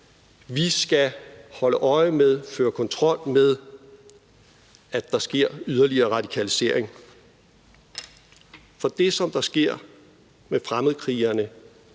vi skal holde øje med og føre kontrol med det, at der ikke sker en yderligere radikalisering. For det, der er med fremmedkrigerne,